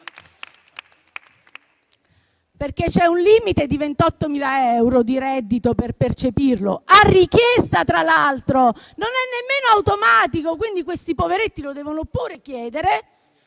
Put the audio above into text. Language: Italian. perché c'è un limite di 28.000 euro di reddito per percepirlo. È a richiesta, tra l'altro, non è nemmeno automatico, quindi questi poveretti lo devono pure chiedere